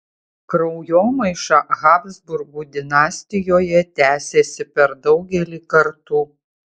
kraujomaiša habsburgų dinastijoje tęsėsi per daugelį kartų